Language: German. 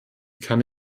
kann